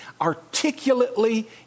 articulately